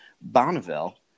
Bonneville